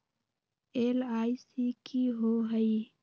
LIC की होअ हई?